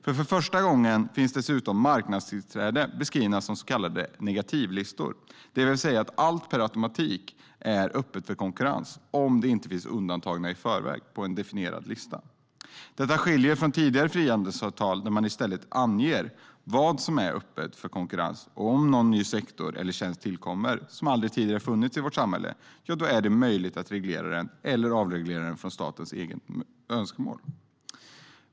För första gången finns dessutom marknadstillträden beskrivna som så kallade negativlistor, det vill säga att allt per automatik är öppet för konkurrens om det inte finns undantaget i förväg i en definierad lista. Detta skiljer sig från tidigare frihandelsavtal där man i stället anger vad som är öppet för konkurrens, och om någon ny sektor eller tjänst tillkommer som aldrig tidigare funnits i vårt samhälle är det möjligt att reglera den eller avreglera den efter statens eget önskemål.